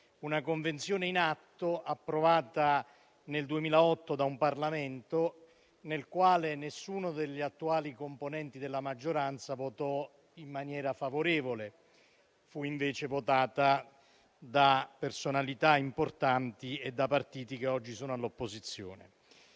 una convenzione in atto, approvata nel 2008 da un Parlamento nel quale nessuno degli attuali componenti della maggioranza votò in maniera favorevole; fu invece votata da personalità importanti e da partiti che oggi sono all'opposizione.